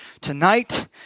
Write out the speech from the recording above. tonight